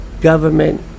government